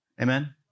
Amen